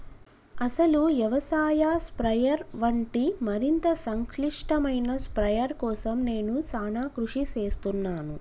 అసలు యవసాయ స్ప్రయెర్ వంటి మరింత సంక్లిష్టమైన స్ప్రయెర్ కోసం నేను సానా కృషి సేస్తున్నాను